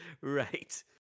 Right